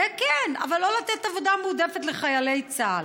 זה, כן, אבל לא לתת עבודה מועדפת לחיילי צה"ל.